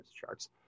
sharks